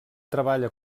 treballa